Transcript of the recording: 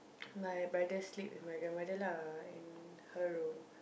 my brother sleep with my grandmother lah in her room